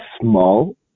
small